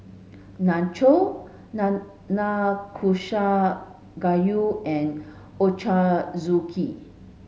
Nachos Nanakusa Gayu and Ochazuke